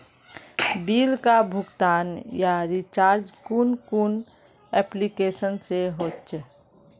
Bill का भुगतान या रिचार्ज कुन कुन एप्लिकेशन से होचे?